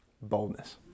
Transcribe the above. Boldness